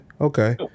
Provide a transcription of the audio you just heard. okay